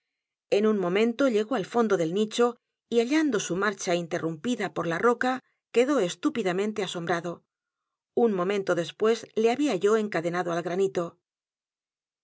en un momento llegó al fondo del nicho y hallando su marcha interrumedgar poe novelas y cuentos pida por la roca quedó estúpidamente asombrado un momento después le había yo encadenado al granito